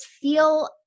feel